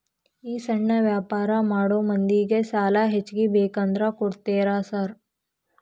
ಈ ಸಣ್ಣ ವ್ಯಾಪಾರ ಮಾಡೋ ಮಂದಿಗೆ ಸಾಲ ಹೆಚ್ಚಿಗಿ ಬೇಕಂದ್ರ ಕೊಡ್ತೇರಾ ಸಾರ್?